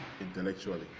intellectually